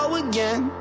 again